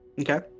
Okay